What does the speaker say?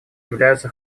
являются